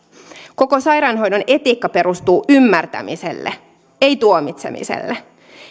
koko sairaanhoidon etiikka perustuu ymmärtämiselle ei tuomitsemiselle